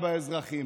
הדבר הזה?